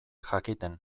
jakiten